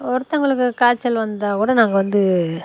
ஒருத்தவங்களுக்கு காய்ச்சல் வந்தா கூட நாங்கள் வந்து